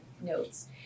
notes